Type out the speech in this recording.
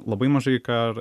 labai mažai ką